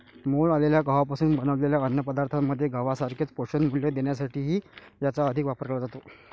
मोड आलेल्या गव्हापासून बनवलेल्या अन्नपदार्थांमध्ये गव्हासारखेच पोषणमूल्य देण्यासाठीही याचा अधिक वापर केला जातो